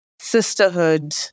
sisterhood